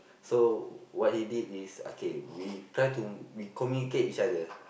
so what he did is okay we try to we communicate each other